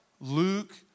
Luke